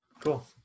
Cool